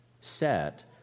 set